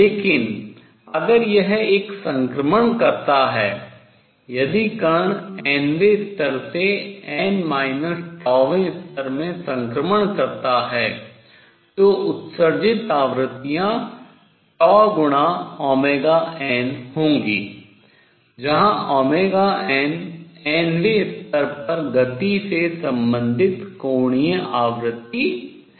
लेकिन अगर यह एक संक्रमण करता है यदि कण nवें स्तर से वें स्तर में संक्रमण करता है तो उत्सर्जित आवृत्तियाँ होंगी जहां nवें स्तर पर गति से संबंधित कोणीय आवृत्ति है